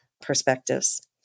perspectives